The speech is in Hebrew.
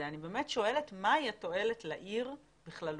אבל אני שואלת מהי התועלת לעיר בכללותה.